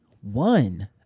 one